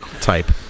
type